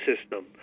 system